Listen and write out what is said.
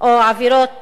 או עבירות